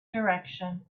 direction